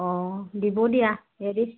অঁ দিব দিয়া হেৰি